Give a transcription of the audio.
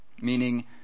Meaning